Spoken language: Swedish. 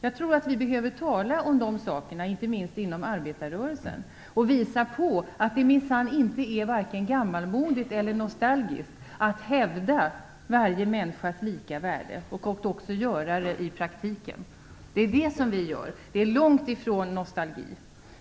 Jag tror att vi behöver tala om de sakerna, inte minst inom arbetarrörelsen, och visa på att det minsann inte är vare sig gammalmodigt eller nostalgiskt att hävda varje människas lika värde och att också praktisera det. Det är det vi gör. Det är långtifrån nostalgi.